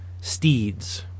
steeds